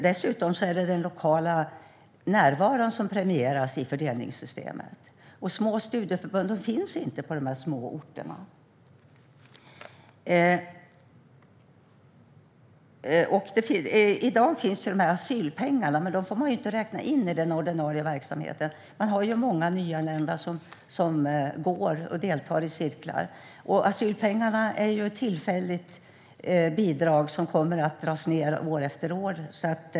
Dessutom är det den lokala närvaron som premieras i fördelningssystemet, och de små studieförbunden finns inte på dessa små orter. I dag finns asylpengarna, men dem får man inte räkna in i den ordinarie verksamheten. Man har ju många nyanlända som deltar i cirklar, och asylpengarna är ett tillfälligt bidrag som kommer att dras ned från år till år.